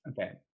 okay